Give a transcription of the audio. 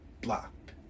Blocked